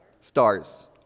Stars